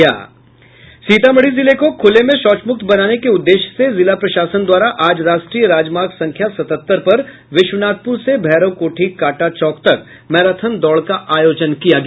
सीमातढ़ी जिले को खुले में शौचमुक्त बनाने के उद्देश्य से जिला प्रशासन द्वारा आज राष्ट्रीय राजमार्ग संख्या सतहत्तर पर विश्वनाथपुर से भैरोकोठी कांटा चौक तक मैराथन दौड़ का आयोजन किया गया